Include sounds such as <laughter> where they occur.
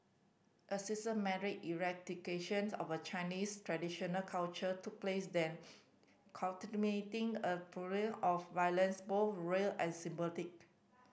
a systematic eradication of a Chinese traditional culture took place then <noise> culminating a <unintelligible> of violence both real and symbolic